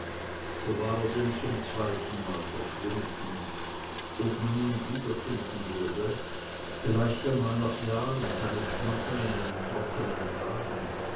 so war er denn zum zweitenmal verschwunden ob man ihn wiederfinden würde vielleicht einmal nach jahren seine knochen in einem trockenen graben